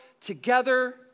together